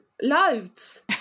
Loads